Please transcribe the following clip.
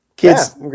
Kids